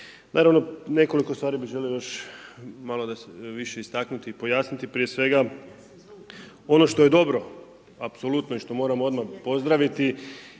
naravno nekoliko stvari bih želio malo više istaknuti i pojasniti. Prije svega, ono što je dobro apsolutno i što moramo odmah pozdraviti